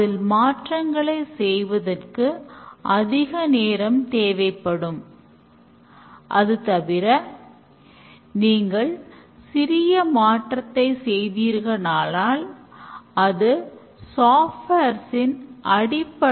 அவை சாத்தியக்கூறு ஆராய்தல் தேவைகளை ஆராய்வது மற்றும் வரையறுத்தல் வடிவமைப்பு coding தொகுதி அளவிலான சோதனை சோதனை மற்றும் பராமரிப்பு